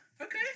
okay